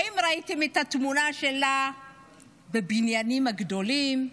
האם ראיתם את התמונה שלה בבניינים הגדולים,